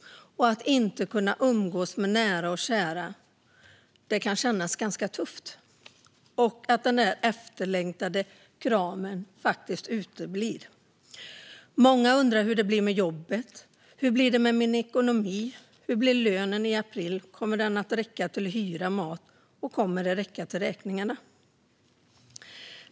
Att inte kunna umgås med nära och kära och att den där efterlängtade kramen uteblir kan kännas ganska tufft. Många undrar hur det blir med jobbet, hur det blir med ekonomin, hur lönen blir i april och om den kommer att räcka till hyra, mat och räkningar.